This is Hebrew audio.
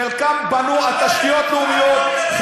חלקם בנו על תשתיות לאומיות,